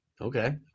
Okay